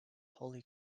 holy